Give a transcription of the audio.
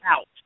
out